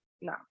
no